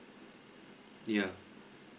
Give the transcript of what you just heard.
yeah